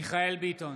מיכאל מרדכי ביטון,